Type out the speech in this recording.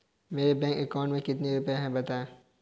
मेरे bank account में कितने रुपए हैं बताएँ?